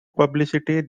publicity